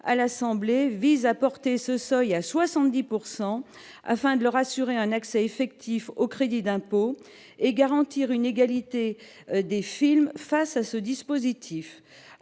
à l'Assemblée vise à porter ce seuil à 70 pourcent afin de leur assurer un accès effectif au crédit d'impôt et garantir une égalité des films face à ce dispositif,